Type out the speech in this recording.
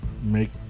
make